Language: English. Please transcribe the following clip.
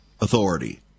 authority